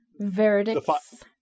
verdicts